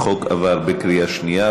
החוק עבר בקריאה שנייה.